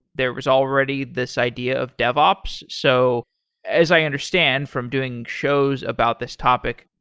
there was already this idea of devops. so as i understand, from doing shows about this topic,